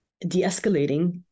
de-escalating